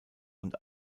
und